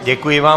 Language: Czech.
Děkuji vám.